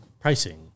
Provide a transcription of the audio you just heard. pricing